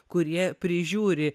kurie prižiūri